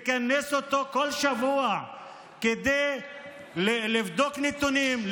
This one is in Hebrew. לכנס אותו בכל שבוע כדי לבדוק נתונים,